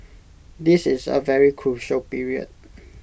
this is A very crucial period